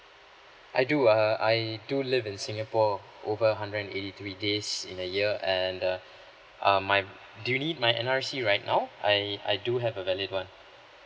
I do err I do live in singapore over hundred and eighty three days in a year and uh um my do you need my N_R_I_C right now I I do have a valid [one]